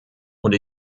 und